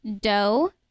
dough